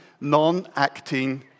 non-acting